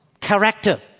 character